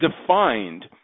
defined